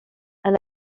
elle